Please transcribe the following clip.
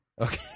Okay